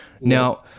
Now